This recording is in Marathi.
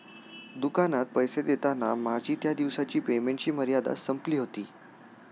दुकानात पैसे देताना माझी त्या दिवसाची पेमेंटची मर्यादा संपली होती